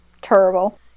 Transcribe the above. Terrible